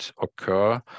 occur